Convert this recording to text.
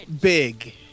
big